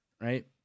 right